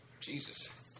Jesus